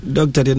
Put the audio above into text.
Doctor